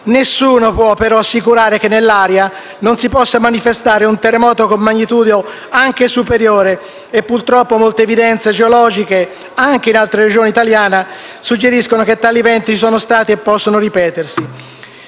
Nessuno può, però, assicurare che nell'area non si possa manifestare un terremoto con magnitudo anche superiore e, purtroppo, molte evidenze geologiche, anche in altre Regioni italiane, suggeriscono che tali eventi sono stati e possono ripetersi.